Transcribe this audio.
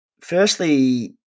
Firstly